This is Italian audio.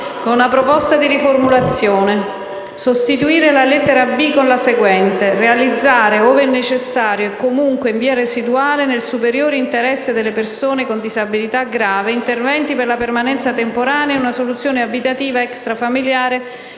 seguente proposta di riformulazione: «*Sostituire la lettera* b*) con la seguente*: "*b)* realizzare, ove necessario e, comunque, in via residuale, nel superiore interesse delle persone con disabilità grave, interventi per la permanenza temporanea in una soluzione abitativa extrafamiliare